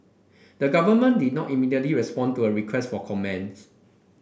the government did not immediately respond to a request for comment